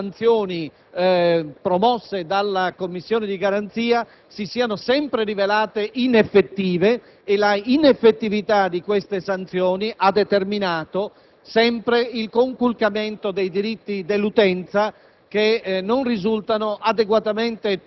c'è da constatare come tutte le sanzioni promosse dalla Commissione di garanzia si siano sempre rivelate ineffettive. Tale ineffettività ha determinato sempre il conculcamento dei diritti dell'utenza,